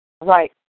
Right